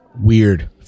weird